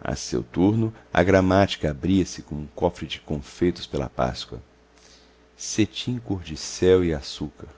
a seu turno a gramática abria-se como um cofre de confeitos pela páscoa cetim cor de céu e açúcar